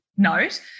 note